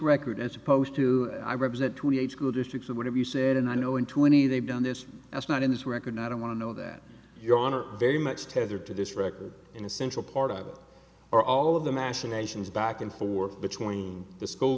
record as opposed to i represent twenty eight school districts or whatever you said and i know into any they've done this that's not in this record i don't want to know that your honor very much tethered to this record an essential part of it or all of the machinations back and forth between the school